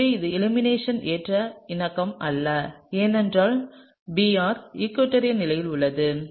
எனவே இது எலிமினேஷன் ஏற்ற இணக்கம் அல்ல ஏனென்றால் Br ஈகுவடோரில் நிலையில் உள்ளது